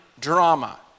drama